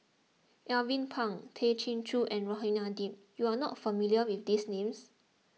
Alvin Pang Tay Chin Joo and Rohani Din you are not familiar with these names